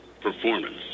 Performance